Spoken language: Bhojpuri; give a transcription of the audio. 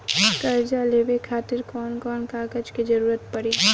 कर्जा लेवे खातिर कौन कौन कागज के जरूरी पड़ी?